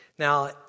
Now